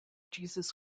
jesus